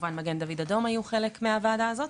כמובן מגן דוד אדום היו חלק מהוועדה הזאת,